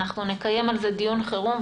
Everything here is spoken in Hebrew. אנחנו נקיים על זה דיון חירום.